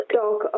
talk